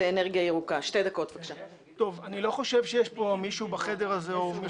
אני לא חושב שיש מישהו בחדר הזה או מי